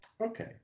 Okay